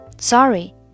Sorry